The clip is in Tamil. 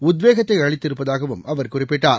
உத்வேகத்தைஅளித்திருப்பதாகவும் அவர் குறிப்பிட்டார்